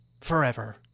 forever